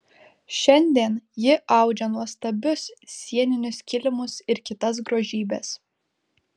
šiandien ji audžia nuostabius sieninius kilimus ir kitas grožybes